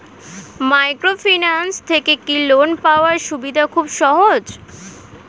Microfinance থেকে কি loan পাওয়ার সুবিধা খুব সহজ?